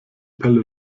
pelle